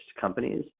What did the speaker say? companies